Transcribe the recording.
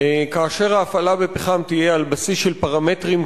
כאשר ההפעלה בפחם תהיה על בסיס של פרמטרים